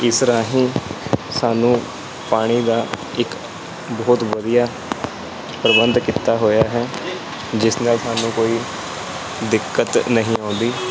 ਇਸ ਰਾਹੀਂ ਸਾਨੂੰ ਪਾਣੀ ਦਾ ਇੱਕ ਬਹੁਤ ਵਧੀਆ ਪ੍ਰਬੰਧ ਕੀਤਾ ਹੋਇਆ ਹੈ ਜਿਸ ਨਾਲ ਸਾਨੂੰ ਕੋਈ ਦਿੱਕਤ ਨਹੀਂ ਆਉਂਦੀ